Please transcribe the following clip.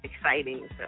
exciting